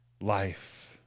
life